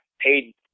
paid